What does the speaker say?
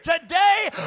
today